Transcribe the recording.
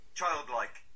childlike